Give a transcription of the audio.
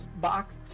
box